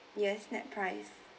yes nett price